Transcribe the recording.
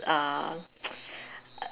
uh